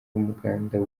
umuganda